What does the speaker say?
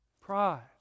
pride